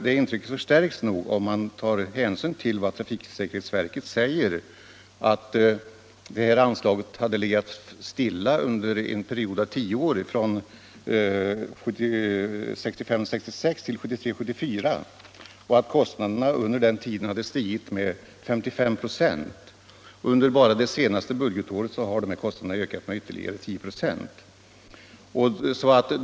Det intrycket förstärks om man tar hänsyn till vad trafiksäkerhetsverket anför; detta anslag hade varit oförändrat under en period av tio år — från 1965 74 — och kostnaderna hade under den tiden stigit med 55 96. Bara under det senaste budgetåret har dessa kostnader ökat med ytterligare 10 96.